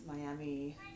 Miami